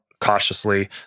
cautiously